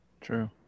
True